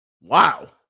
wow